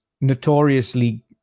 notoriously